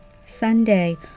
Sunday